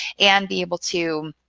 and be able to,